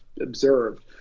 observed